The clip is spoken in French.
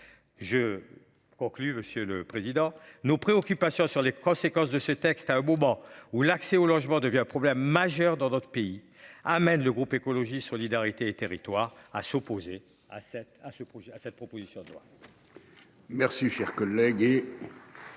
Je conclus Monsieur le Président. Nos préoccupations sur les conséquences de ce texte à un moment où l'accès au logement devient un problème majeur dans d'autres pays amène le groupe écologiste solidarité et territoires à s'opposer à cette à ce